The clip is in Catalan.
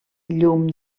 llum